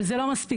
אבל זה לא מספיק.